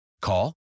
Call